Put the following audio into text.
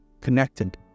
connected